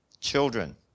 children